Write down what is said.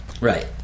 right